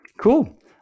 Cool